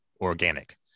organic